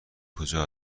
کجا